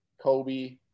Kobe